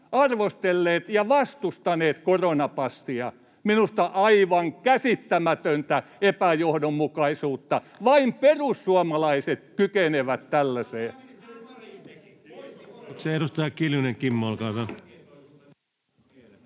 arvostelleet ja vastustaneet koronapassia — minusta aivan käsittämätöntä epäjohdonmukaisuutta. Vain perussuomalaiset kykenevät tällaiseen.